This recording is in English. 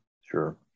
Sure